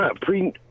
pre